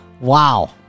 Wow